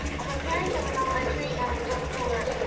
i'm a parent of an elementary and middle schooler,